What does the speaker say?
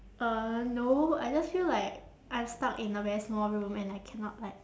uh no I just feel like I'm stuck in a very small room and I cannot like